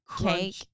cake